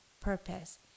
purpose